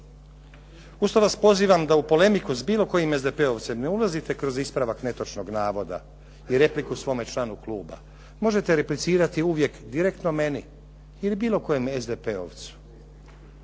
Uz to vas pozivam da u polemiku s bilo kojim SDP-ovcem ne ulazite kroz ispravak netočnog navoda i repliku svome članu kluba. Možete replicirati uvijek direktno meni ili bilo kojem SDP-ovcu.